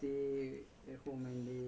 ya that's true